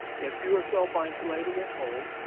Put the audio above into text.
if you are self isolating at home,